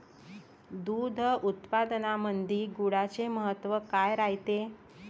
दूध उत्पादनामंदी गुळाचे महत्व काय रायते?